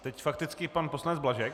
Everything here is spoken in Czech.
Teď fakticky pan poslanec Blažek.